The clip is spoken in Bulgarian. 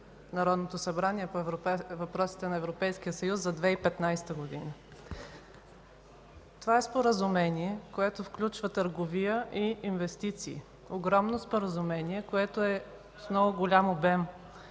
Народното събрание по въпросите на Европейския съюз за 2015 г. Това е споразумение, което включва търговия и инвестиции. Огромно споразумение, което е с много голям обем.